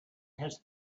his